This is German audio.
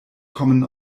kommen